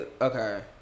okay